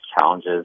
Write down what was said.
challenges